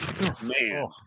Man